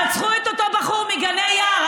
רצחו את אותו בחור מגני יער,